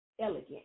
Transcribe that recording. elegant